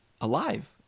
alive